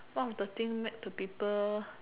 one of the thing met to people